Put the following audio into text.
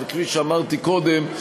כפי שאמרתי קודם,